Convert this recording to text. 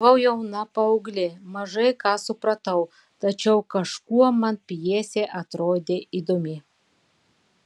buvau jauna paauglė mažai ką supratau tačiau kažkuo man pjesė atrodė įdomi